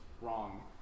wrong